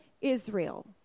Israel